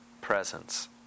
presence